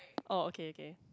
oh okay okay